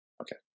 Okay